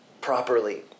properly